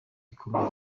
ikomeye